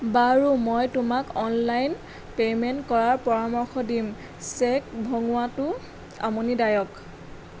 বাৰু মই তোমাক অনলাইন পে'মেণ্ট কৰাৰ পৰামৰ্শ দিম চেক ভঙোৱাটো আমনিদায়ক